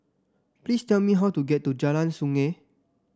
please tell me how to get to Jalan Sungei